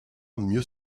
mieux